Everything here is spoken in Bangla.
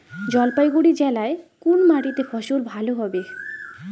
জলপাইগুড়ি জেলায় কোন মাটিতে ফসল ভালো হবে?